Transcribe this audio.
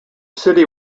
city